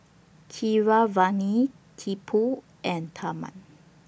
Keeravani Tipu and Tharman